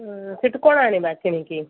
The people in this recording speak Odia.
ହୁଁ ସେଠୁ କଣ ଆଣିବା କିଣିକି